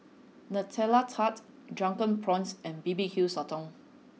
Nutella Tart Drunken Prawns and B B Q Sotong